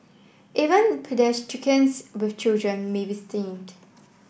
even paediatricians with children may be stymied